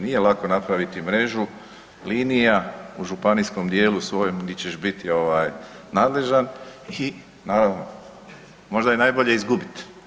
Nije lako napraviti mrežu linija u županijskom dijelu svojem gdje ćeš biti nadležan i naravno možda je najbolje izgubiti.